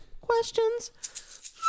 questions